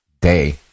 day